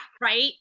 right